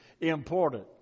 important